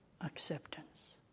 acceptance